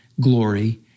glory